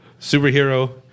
superhero